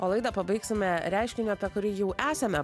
o laidą pabaigsime reiškinio apie kurį jau esame